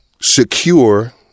secure